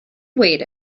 waited